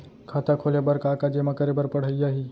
खाता खोले बर का का जेमा करे बर पढ़इया ही?